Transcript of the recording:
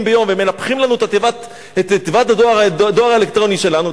ביום ומנפחים לנו את תיבת הדואר האלקטרוני שלנו,